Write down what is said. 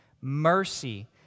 Mercy